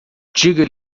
diga